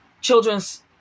children's